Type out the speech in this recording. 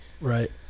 Right